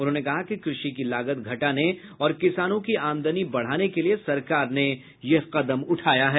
उन्होंने कहा कि कृषि की लागत घटाने और किसानों की आमदनी बढ़ाने के लिए सरकार ने यह कदम उठाया है